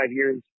years